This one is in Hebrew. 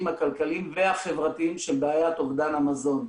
הכלכליים והחברתיים של בעיית אובדן המזון.